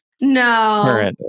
No